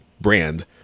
brand